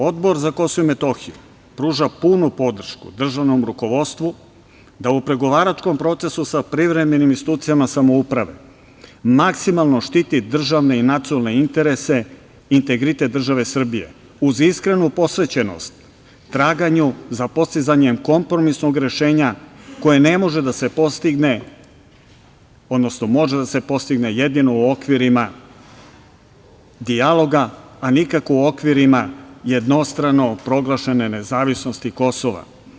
Odbor za Kosovo i Metohiju pruža punu podršku državnom rukovodstvu da u pregovaračkom procesu sa privremenim institucijama samouprave maksimalno štiti državne i nacionalne interese i integritet države Srbije uz iskrenu posvećenost traganju za postizanjem kompromisnog rešenja koje ne može da se postigne, odnosno može da se postigne jedino u okvirima dijaloga, a nikako u okvirima jednostrano proglašene nezavisnosti Kosova.